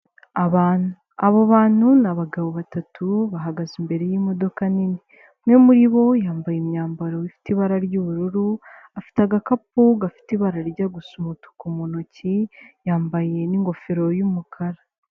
Abantu abo bantu ni abagabo batatu bahagaze imbere y'imodoka nini umwe muri bo yambaye imyambaro ifite ibara ry'ubururu afite agakapu gafite ibara ryo gusa umutuku mu ntoki yambaye n'ingofero y'umukara.